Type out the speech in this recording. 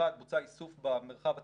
באחד בוצע איסוף במרחב הציבורי,